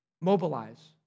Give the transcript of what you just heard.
Mobilize